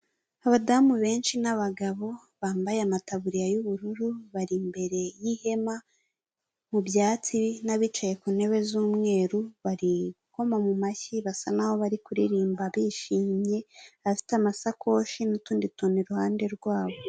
Abadamu benshi n'abagabo bambaye amataburiya y'ubururu bari imbere y'ihema mu byatsi n'abicaye ku ntebe z'umweru bari gukoma mu mashyi basa naho bari kuririmba bishimye, abafite amasakoshi n'utundi tuntu iruhande rwabo.